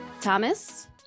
Thomas